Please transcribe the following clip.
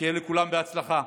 שיהיה לכולם בהצלחה.